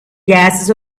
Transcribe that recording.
gases